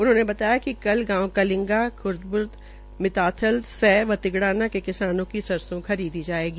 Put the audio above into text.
उन्होंने बताया कि कल गांव कलिंगा मिताथल तिगडाना के किसानों की सरसों खरीदी जायेगी